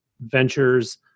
ventures